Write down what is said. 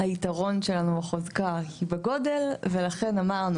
היתרון שלנו בחוזקה היא בגודל ולכן אמרנו